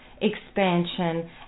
expansion